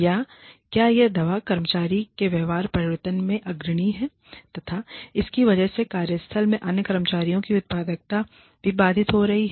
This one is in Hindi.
या क्या यह दवा कर्मचारी के व्यवहार परिवर्तन में अग्रणी है तथा इसकी वजह से कार्यस्थल में अन्य कर्मचारियों की उत्पादकता भी बाधित हो रही है